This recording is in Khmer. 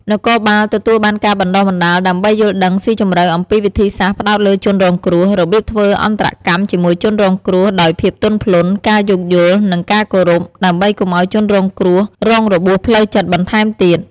នគរបាលទទួលបានការបណ្ដុះបណ្ដាលដើម្បីយល់ដឹងស៊ីជម្រៅអំពីវិធីសាស្ត្រផ្តោតលើជនរងគ្រោះ របៀបធ្វើអន្តរកម្មជាមួយជនរងគ្រោះដោយភាពទន់ភ្លន់ ការយោគយល់ និងការគោរព ដើម្បីកុំឲ្យជនរងគ្រោះរងរបួសផ្លូវចិត្តបន្ថែមទៀត។